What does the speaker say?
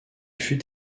fut